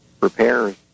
repairs